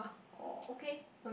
oh okay